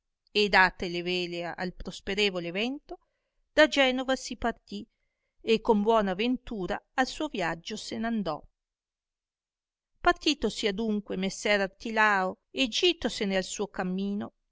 e date le vele al prosperevole vento da genova si partì e con buona ventura al suo viaggio se n'andò partitosi adunque messer artilao e gitosene al suo camino